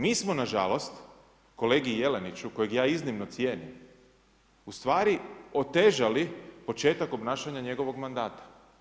Mi smo nažalost, kolegi Jeleniću, kojeg ja iznimno cijenim, ustvari otežali početak obnašanja njegovog mandata.